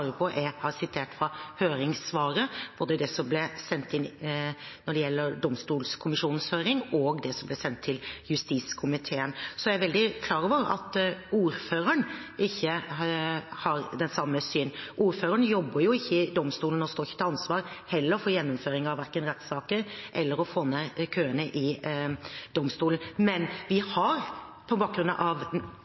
på. Jeg har sitert fra høringssvaret, og det er det som ble sendt til justiskomiteen når det gjelder domstolkommisjonens høring. Jeg er veldig klar over at ordføreren ikke har samme syn. Ordføreren jobber ikke i domstolen og står heller ikke til ansvar for verken gjennomføring av rettssaker eller å få ned køene i domstolen. Men vi har på bakgrunn av